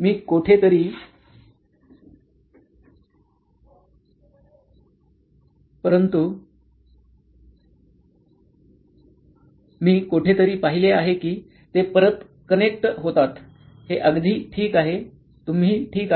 मी कोठेतरी पाहिले आहे की ते परत कनेक्ट होतात हे अगदी ठीक आहे तुम्ही ठीक आहात